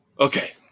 Okay